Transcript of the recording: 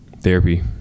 Therapy